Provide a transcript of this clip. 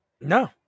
No